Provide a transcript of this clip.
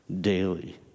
daily